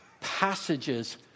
passages